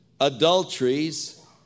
adulteries